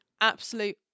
absolute